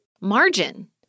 margin